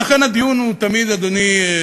לכן, הדיון הוא תמיד, אדוני,